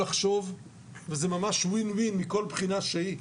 זה ממש ווין-ווין מכל בחינה שהיא,